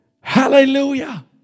Hallelujah